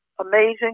amazing